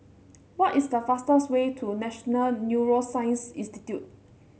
what is the fastest way to National Neuroscience Institute